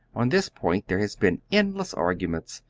on this point there have been endless arguments,